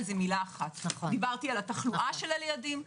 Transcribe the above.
דיברתי על התחלואה של הילדים,